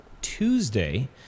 Tuesday